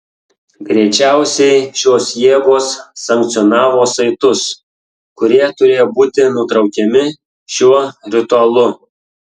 greičiausiai šios jėgos sankcionavo saitus kurie turėjo būti nutraukiami šiuo ritualu